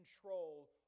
control